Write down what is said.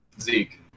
Zeke